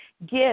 gift